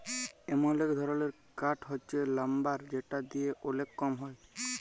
এমল এক ধরলের কাঠ হচ্যে লাম্বার যেটা দিয়ে ওলেক কম হ্যয়